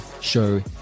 show